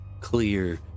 clear